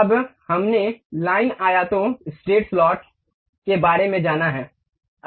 अब हमने लाइन आयतों स्ट्रेट स्लॉट्स के बारे में जाना है